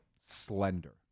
slender